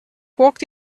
walked